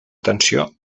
tensió